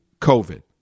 COVID